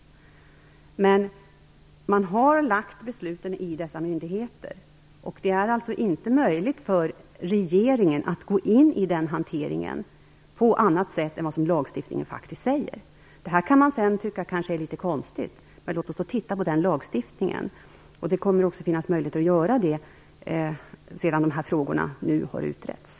Men besluten har lagts i dessa myndigheters händer, och det är inte möjligt för regeringen att gå in i den hanteringen på annat sätt än lagarna tillåter. Man kan tycka att detta är litet konstigt, men låt oss då se över de lagarna. Det kommer att finnas möjlighet att göra detta sedan dessa frågor nu har utretts.